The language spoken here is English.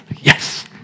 Yes